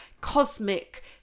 cosmic